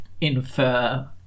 infer